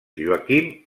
joaquim